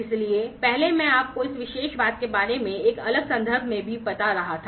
इसलिए पहले मैं आपको इस विशेष बात के बारे में एक अलग संदर्भ में बता रहा था